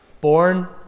born